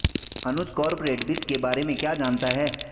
अनुज corporate वित्त के बारे में क्या जानता है?